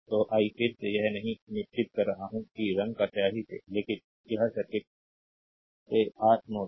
तो आई फिर से यह नहीं चिह्नित कर रहा हूं कि रंग आर स्याही से लेकिन यह सर्किट से आर नोड है